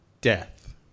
Death